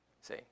See